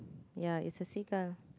ya it's a seagull